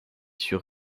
sûr